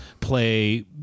play